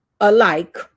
alike